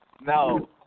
No